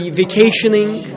vacationing